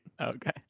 Okay